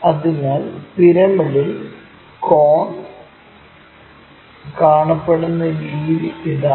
അതിനാൽ പിരമിഡിൽ കോൺ കാണപ്പെടുന്ന രീതി ഇതാണ്